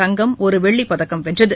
தங்கம் ஒரு வெள்ளிப் பதக்கம் வென்றது